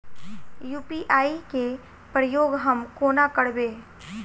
UPI केँ प्रयोग हम कोना करबे?